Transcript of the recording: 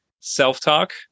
self-talk